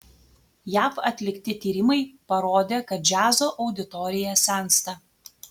jav atlikti tyrimai parodė kad džiazo auditorija sensta